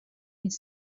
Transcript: his